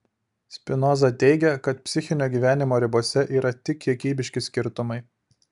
spinoza teigia kad psichinio gyvenimo ribose yra tik kiekybiški skirtumai